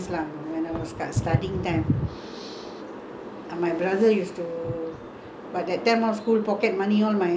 but that time no school pocket money all my one brother give each one take turns to give us money give me money for spending